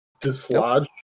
dislodge